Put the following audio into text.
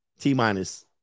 T-minus